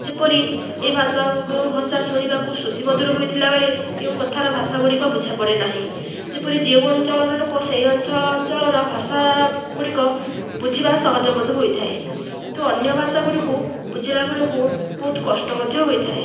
ଯେପରି ଏ ଭାଷା ଭାଷା ଶୁଣିବାକୁ ଶ୍ରୁତିମଧୁର ହୋଇଥିଲା ବେଳେ କେଉଁ କଥାର ଭାଷା ଗୁଡ଼ିକ ବୁଝାପଡ଼େ ନାହିଁ ଯେପରି ଯେଉଁ ଅଞ୍ଚଳର ଲୋକ ସେଇ ଅଞ୍ଚଳର ଭାଷା ଗୁଡ଼ିକ ବୁଝିବା ସହଜ ବୋଧ ହେଇଥାଏ କିନ୍ତୁ ଅନ୍ୟ ଭାଷା ଗୁଡ଼ିକୁ ବୁଝିଲା ବେଳକୁ ବହୁତ କଷ୍ଟ ମଧ୍ୟ ହୋଇଥାଏ